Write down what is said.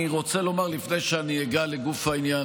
לפני שאני אגע בגוף העניין,